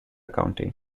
county